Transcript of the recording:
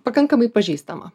pakankamai pažįstama